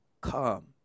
come